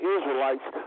Israelites